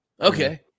Okay